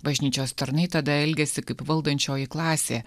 bažnyčios tarnai tada elgiasi kaip valdančioji klasė